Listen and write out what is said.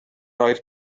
oedd